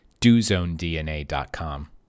dozonedna.com